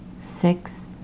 six